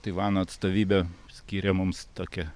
taivano atstovybė skyrė mums tokią